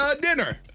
dinner